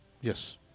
yes